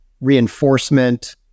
reinforcement